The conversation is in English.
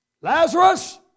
Lazarus